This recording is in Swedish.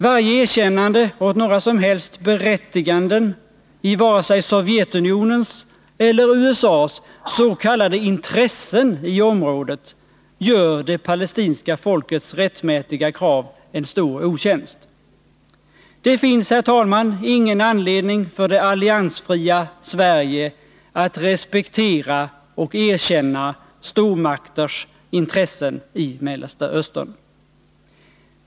Varje erkännande åt några som helst berättiganden i vare sig Sovjetunionens eller USA:s s.k. intressen i området gör det palestinska folkets rättmätiga krav en stor otjänst. Det finns, herr talman, ingen anledning för det alliansfria Sverige att respektera och erkänna stormakters intressen i Mellersta Östern.